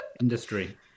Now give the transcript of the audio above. industry